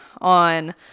on